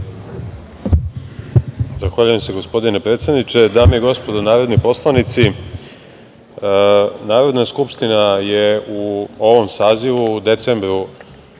Zahvaljujem se, gospodine predsedniče. Dame i gospodo narodni poslanici, Narodna skupština je u ovom sazivu u decembru